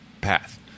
path